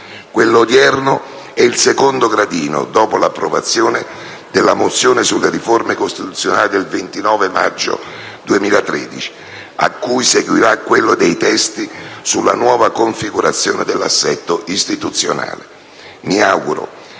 Quello odierno è il secondo gradino, dopo l'approvazione della mozione sulle riforme costituzionali del 29 maggio 2013, a cui seguirà quello dei testi sulla nuova configurazione dell'assetto istituzionale. Mi auguro